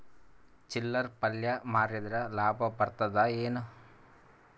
ಚಿಲ್ಲರ್ ಪಲ್ಯ ಮಾರಿದ್ರ ಲಾಭ ಬರತದ ಏನು?